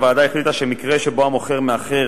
הוועדה החליטה שבמקרה שבו המוכר מאחר